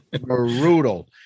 brutal